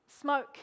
smoke